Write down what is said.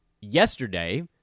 yesterday